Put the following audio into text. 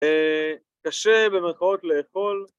קשה במרכאות לאכול